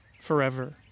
forever